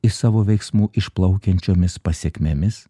iš savo veiksmų išplaukiančiomis pasekmėmis